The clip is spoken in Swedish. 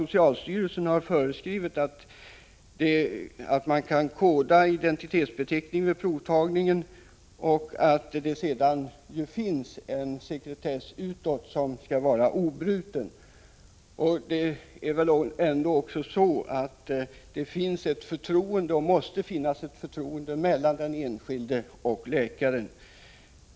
Socialstyrelsen har ju framhållit att identitetsbeteckningen kan kodas vid provtagningen, och sedan föreligger det en sekretess utåt som skall vara 13 obruten. Vidare måste det finnas ett förtroende mellan den enskilde och läkaren.